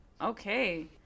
Okay